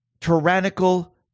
tyrannical